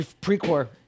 Pre-core